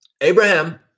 Abraham